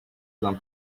than